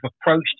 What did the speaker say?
approached